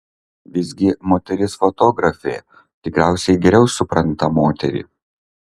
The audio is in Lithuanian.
visgi moteris fotografė tikriausiai geriau supranta moterį